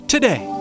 Today